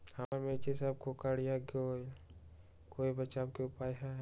हमर मिर्ची सब कोकररिया गेल कोई बचाव के उपाय है का?